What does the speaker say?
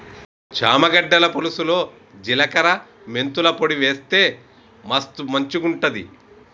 చామ గడ్డల పులుసులో జిలకర మెంతుల పొడి వేస్తె మస్తు మంచిగుంటది